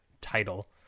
title